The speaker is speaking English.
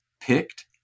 picked